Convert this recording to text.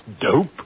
dope